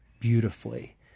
beautifully